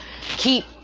keep